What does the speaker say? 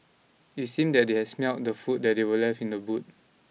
it seemed that they had smelt the food that were left in the boot